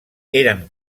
eren